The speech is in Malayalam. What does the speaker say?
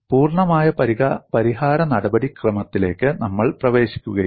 പൂർണ്ണമായ പരിഹാര നടപടിക്രമത്തിലേക്ക് നമ്മൾ പ്രവേശിക്കുകയില്ല